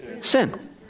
Sin